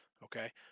Okay